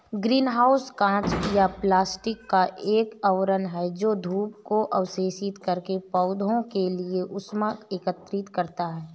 green house कांच या plastic का एक आवरण है जो धूप को अवशोषित करके पौधों के लिए ऊष्मा एकत्रित करता है